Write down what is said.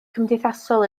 cymdeithasol